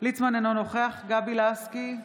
יעקב ליצמן, אינו נוכח גבי לסקי,